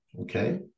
okay